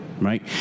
right